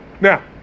Now